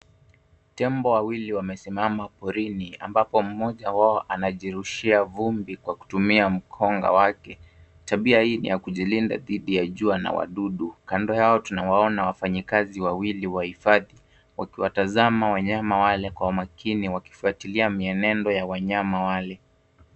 Tembo wawili wamesimama porini ambapo mmoja wao anajirushia vumbi kwa kutumia mkonga wake. Tabia hii ni ya kujilinda dhidi ya jua na wadudu. Kando yao tunawaona wafanyakazi wawili wa hifadhi wakiwatazama wanyama wale kwa umakini wakifuatilia mienendo ya wanyama wale.